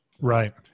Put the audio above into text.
Right